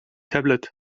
tablet